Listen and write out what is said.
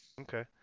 Okay